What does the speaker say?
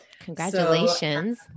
Congratulations